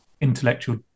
intellectual